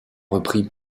repris